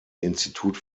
institut